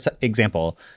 example